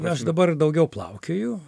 aš dabar daugiau plaukioju